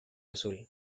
azul